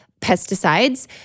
pesticides